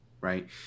right